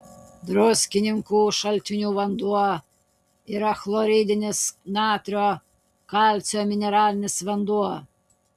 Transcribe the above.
druskininkų šaltinių vanduo yra chloridinis natrio kalcio mineralinis vanduo